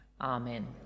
Amen